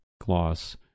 Gloss